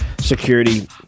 security